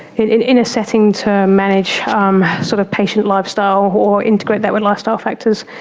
in in a setting to manage um sort of patient lifestyle or integrate that with lifestyle factors.